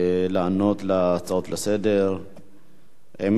לענות להצעות לסדר-היום.